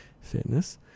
fitness